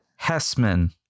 Hessman